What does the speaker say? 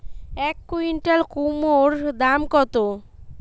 এক কুইন্টাল কুমোড় দাম কত?